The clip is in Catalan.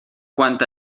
quant